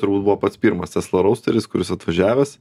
turbūt buvo pats pirmas tesla rautsteris kuris atvažiavęs